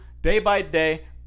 day-by-day